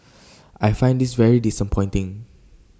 I find this very disappointing